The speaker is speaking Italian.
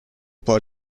può